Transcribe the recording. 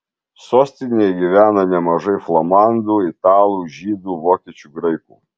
sostinėje gyvena nemažai flamandų italų žydų vokiečių graikų